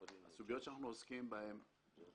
הסוגיות שאנחנו עוסקים בהן,